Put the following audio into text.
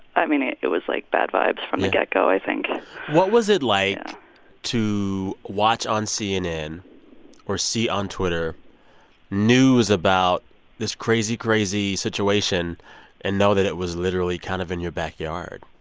i mean, it it was like bad vibes from the get-go, i think what was it like to watch on cnn or see on twitter news about this crazy, crazy situation and know that it was literally kind of in your backyard?